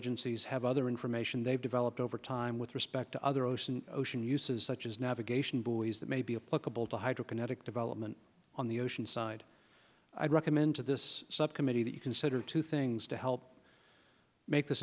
agencies have other information they've developed over time with respect to other ocean ocean uses such as navigation buoys that may be a book about the hydro kinetic development on the ocean side i'd recommend to this subcommittee that you consider two things to help make this